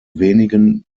wenigen